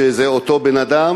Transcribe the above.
שזה אותו אדם,